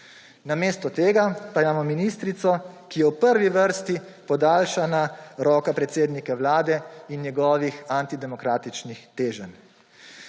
Namesto tega pa imamo ministrico, ki je v prvi vrsti podaljšana roka predsednika Vlade in njegovih antidemokratičnih teženj.